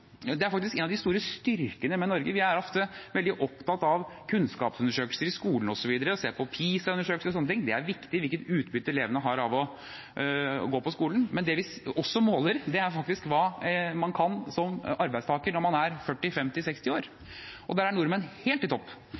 Det er faktisk en av de store styrkene med Norge. Vi er ofte veldig opptatt av kunnskapsundersøkelser i skolen osv., vi ser på PISA-undersøkelser og sånne ting, det er viktig hvilket utbytte elevene har av å gå på skolen. Men det vi også måler, er faktisk hva man som arbeidstaker kan når man er 40, 50 og 60 år. Der er nordmenn helt i topp